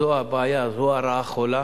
זו הבעיה, זו הרעה החולה